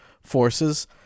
forces